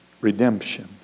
redemption